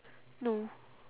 no